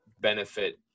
benefit